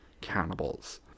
cannibals